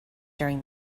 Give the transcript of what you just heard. during